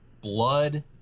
blood